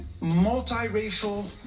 multiracial